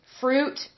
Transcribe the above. fruit